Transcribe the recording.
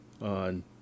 on